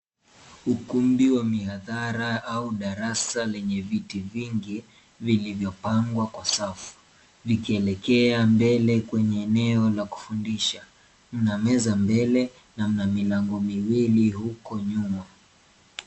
Ukumbi wa mihadhara au darasa lenye viti vingi vilivyopangwa kwa safu vikielekea mbele kwenye eneo la kufundisha. Mna meza mbele na mna milango miwili huko nyuma.